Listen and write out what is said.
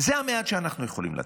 זה המעט שאנחנו יכולים לתת.